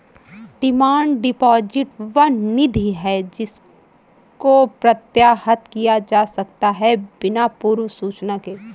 demand deposit वह निधि है जिसको प्रत्याहृत किया जा सकता है बिना पूर्व सूचना के